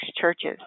churches